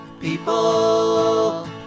People